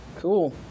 Cool